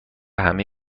همه